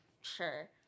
sure